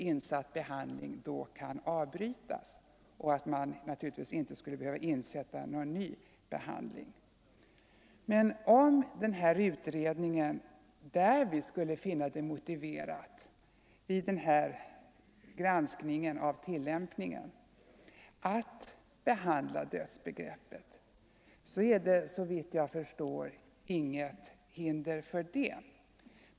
Insatt behandling kan då avbrytas, och man behöver naturligtvis inte sätta in någon ny behandling. Men om utredningen vid granskningen av tillämpningen skulle finna det motiverat att behandla dödsbegreppet, då är det, såvitt jag förstår, inget hinder för det.